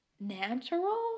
natural